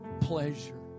pleasure